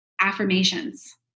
affirmations